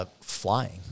flying